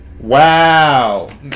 Wow